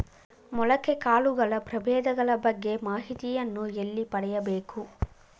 ಮೊಳಕೆ ಕಾಳುಗಳ ಪ್ರಭೇದಗಳ ಬಗ್ಗೆ ಮಾಹಿತಿಯನ್ನು ಎಲ್ಲಿ ಪಡೆಯಬೇಕು?